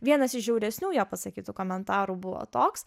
vienas iš žiauresnių jo pasakytų komentarų buvo toks